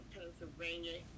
Pennsylvania